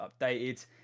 updated